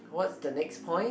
what the next point